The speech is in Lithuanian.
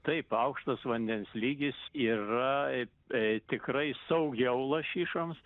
taip aukštas vandens lygis yra e tikrai saugiau lašišoms